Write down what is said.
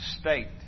state